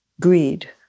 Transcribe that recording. greed